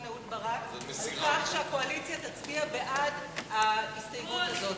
אהוד ברק על כך שהקואליציה תצביע בעד ההסתייגות הזאת.